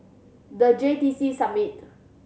The J T C Summit